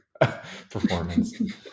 performance